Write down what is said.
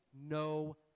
No